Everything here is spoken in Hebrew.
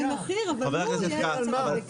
אז המדבקה כבר לא תהיה רלבנטית?